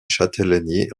châtellenie